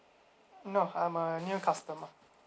no uh I am a new customer